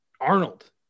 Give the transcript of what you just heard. Arnold